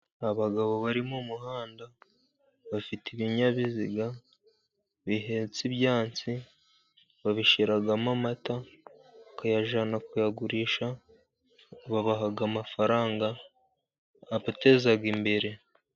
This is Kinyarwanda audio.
Abagabo bari mu muhanda bafite ibinyabiziga bihetse ibyansi, babishyiramo amata bakayajyana kuyagurisha, babaha amafaranga abateza imbere.